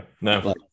no